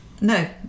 No